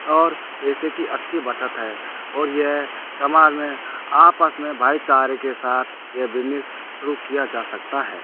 और पैसे की अच्छी बचत है और यह समाज में आपस में भाईचारे के साथ यह बिज़नेस शुरू किया जा सकता है